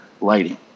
lighting